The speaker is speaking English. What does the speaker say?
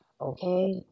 Okay